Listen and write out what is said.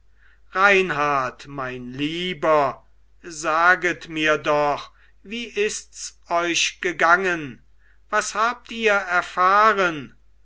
reinhart mein lieber saget mir doch wie ists euch gegangen was habt ihr erfahren